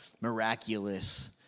miraculous